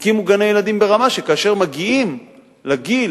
הקימו גני-ילדים ברמה שכאשר מגיעים לגיל